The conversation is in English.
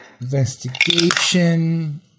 investigation